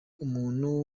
umuntu